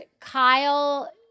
Kyle